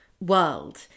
world